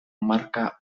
marka